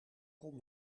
kon